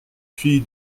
fille